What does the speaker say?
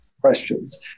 questions